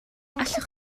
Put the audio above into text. allwch